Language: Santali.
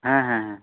ᱦᱮᱸ ᱦᱮᱸ ᱦᱮᱸ